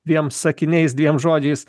dviem sakiniais dviem žodžiais